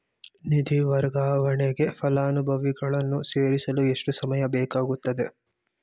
ನಿಧಿ ವರ್ಗಾವಣೆಗೆ ಫಲಾನುಭವಿಗಳನ್ನು ಸೇರಿಸಲು ಎಷ್ಟು ಸಮಯ ಬೇಕಾಗುತ್ತದೆ?